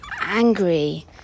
angry